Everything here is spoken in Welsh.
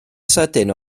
sydyn